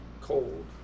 Cold